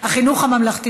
החינוך הממלכתי